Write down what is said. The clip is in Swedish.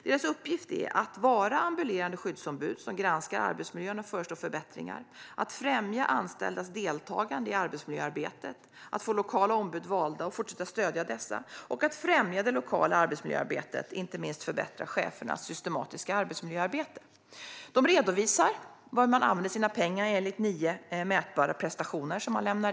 Deras uppgift är att vara ambulerande skyddsombud som granskar arbetsmiljön och föreslår förbättringar, att främja anställdas deltagande i arbetsmiljöarbetet, att få lokala ombud valda och fortsätta att stödja dessa och att främja det lokala arbetsmiljöarbetet, inte minst förbättra chefernas systematiska arbetsmiljöarbete. De redovisar hur de använder sina pengar enligt nio mätbara prestationer.